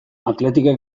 athleticek